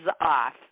off